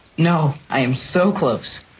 no, i'm so close.